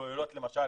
שכוללות למשל